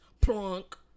plunk